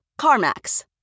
CarMax